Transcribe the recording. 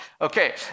Okay